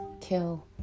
kill